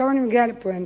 עכשיו אני מגיעה לפואנטה,